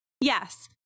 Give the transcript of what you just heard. Yes